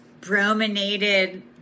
brominated